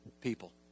people